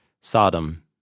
Sodom